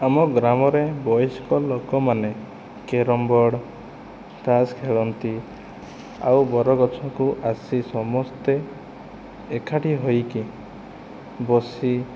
ଆମ ଗ୍ରାମରେ ବୟସ୍କ ଲୋକମାନେ କ୍ୟାରମ୍ ବୋର୍ଡ଼ ତାସ୍ ଖେଳନ୍ତି ଆଉ ବର ଗଛକୁ ଆସି ସମସ୍ତେ ଏକାଠି ହୋଇକି ବସି